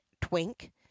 Twink